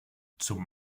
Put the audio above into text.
zum